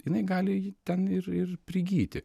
jinai gali ji ten ir ir prigyti